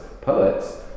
Poets